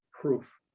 proof